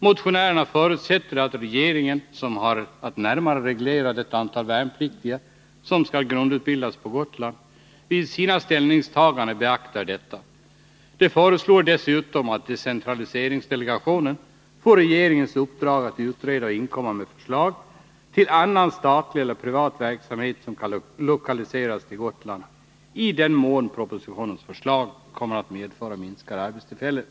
Motionärerna förutsätter att regeringen, som har att närmare reglera det antal värnpliktiga som skall grundutbildas på Gotland, vid sina ställningstaganden beaktar detta. De föreslår dessutom att decentraliseringsdelegationen får regeringens uppdrag att utreda och inkomma med förslag till annan statlig eller privat verksamhet som kan lokaliseras till Gotland i den mån propositionens förslag kommer att medföra minskade arbetstillfällen.